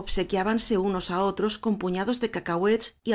obsequiábanse unos á otros con puñados de cacahuets y